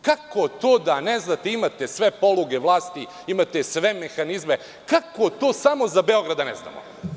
Kako to da ne znate, imate sve poluge vlasti, imate sve mehanizme, kako to samo za Beograd da ne znamo?